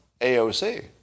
AOC